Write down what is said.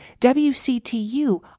WCTU